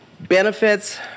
Benefits